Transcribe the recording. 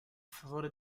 favore